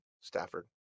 Stafford